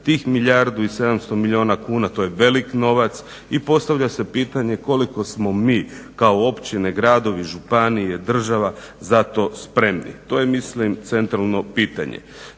tih milijardu 700 milijuna kuna to je velik novac i postavlja se pitanje koliko smo mi kao općine, gradovi, županije, država za to spremni. To je mislim centralno pitanje.